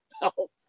Belt